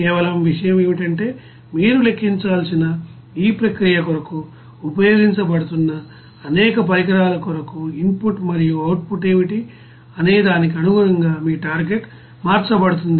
కేవలం విషయం ఏమిటంటే మీరు లెక్కించాల్సిన ఈ ప్రక్రియ కొరకు ఉపయోగించబడుతున్న అనేక పరికరాల కొరకు ఇన్ పుట్ మరియు అవుట్ పుట్ ఏమిటి అనే దానికి అనుగుణంగా మీ టార్గెట్ మార్చబడుతుంది